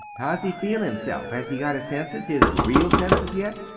how's he feel himself? has he got his senses, his real senses yet?